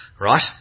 right